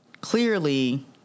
clearly